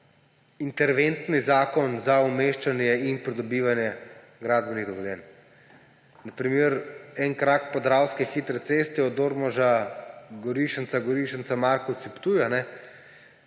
interventni zakon za umeščanje in pridobivanje gradbenih dovoljenj. Na primer za en krak podravske hitre ceste, Ormož–Gorišnica, Gorišnica–Markovci–Ptuj,